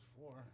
four